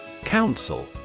Council